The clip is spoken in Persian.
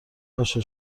باشه